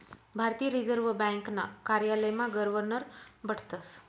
भारतीय रिजर्व ब्यांकना कार्यालयमा गवर्नर बठतस